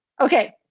Okay